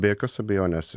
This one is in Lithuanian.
be jokios abejonės